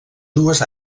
dues